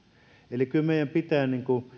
eli kyllä meidän pitää